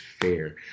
fair